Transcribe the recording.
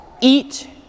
eat